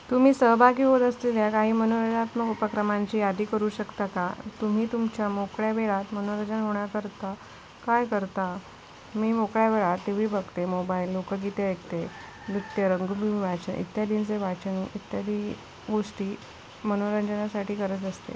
तुम्ही सहभागी होत असलेल्या काही उपक्रमांची यादी करू शकता का तुम्ही तुमच्या मोकळ्या वेळात मनोरंजन होण्याकरता काय करता मी मोकळ्या वेळात टी व्ही बघते मोबाईल लोकगीते ऐकते नृत्य वाचन इत्यादींचे वाचन इत्यादी गोष्टी मनोरंजनासाठी करत असते